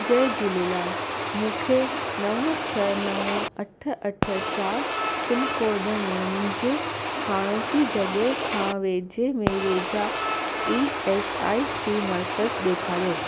जय झूलेलाल मूंखे नव छह नव अठ अठ चारि पिनकोड में मुंहिंजे हाणोकी जॻहि खां वेझे में वेझा ई एस आई सी मर्कज़ ॾेखारियो